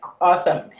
awesome